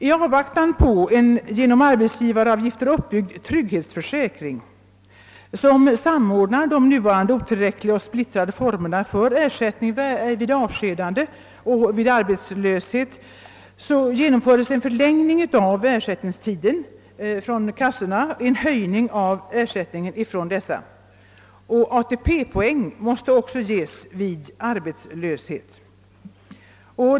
I avvaktan på en genom arbetsgivaravgifter uppbyggd trygghetsförsäkring, som samordnar de nuvarande otillräckliga och splittrade formerna för ersättning vid avskedanden och arbetslöshet, genomföres en förlängning av ersättningstiden och en höjning av ersättningen från arbetslöshetskassorna. ATP poäng måste också ges vid arbetslöshet.